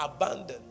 abandoned